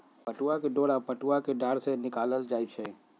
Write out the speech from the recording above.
पटूआ के डोरा पटूआ कें डार से निकालल जाइ छइ